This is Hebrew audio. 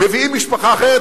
מביאים משפחה אחרת,